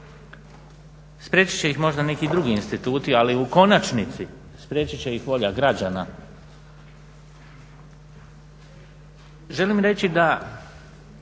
Spriječit će ih možda neki drugi instituti, ali u konačnici spriječit će ih volja građana. Želim reći da